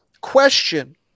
Question